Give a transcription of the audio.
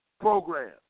program